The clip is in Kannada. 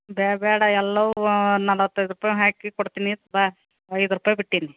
ಬೇಡ ಬೇಡ ಎಲ್ಲವೂ ನಲ್ವತ್ತೈದು ರೂಪಾಯಿ ಹಾಕಿ ಕೊಡ್ತೀನಿ ಅಂತೆ ಬಾ ಐದು ರೂಪಾಯಿ ಬಿಟ್ಟೇನಿ